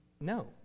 no